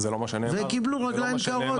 והם קיבלו רגליים קרות.